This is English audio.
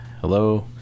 Hello